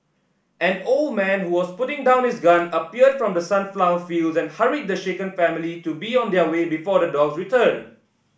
an old man who was putting down his gun appeared from the sunflower fields and hurried the shaken family to be on their way before the dogs return